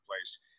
place